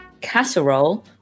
casserole